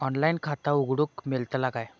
Online खाता उघडूक मेलतला काय?